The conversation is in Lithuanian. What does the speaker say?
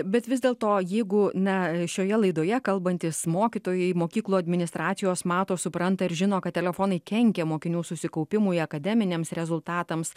bet vis dėlto jeigu na šioje laidoje kalbantys mokytojai mokyklų administracijos mato supranta ir žino kad telefonai kenkia mokinių susikaupimui akademiniams rezultatams